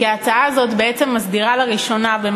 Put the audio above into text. כי ההצעה הזו בעצם מסדירה לראשונה את